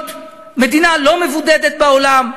להיות מדינה לא מבודדת בעולם,